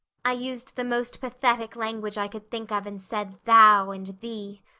i used the most pathetic language i could think of and said thou and thee.